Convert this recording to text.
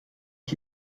ich